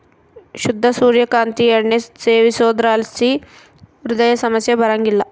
ಶುದ್ಧ ಸೂರ್ಯ ಕಾಂತಿ ಎಣ್ಣೆ ಸೇವಿಸೋದ್ರಲಾಸಿ ಹೃದಯ ಸಮಸ್ಯೆ ಬರಂಗಿಲ್ಲ